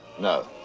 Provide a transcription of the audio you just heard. No